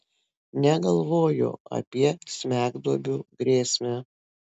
negalvojo apie smegduobių grėsmę